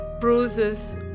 bruises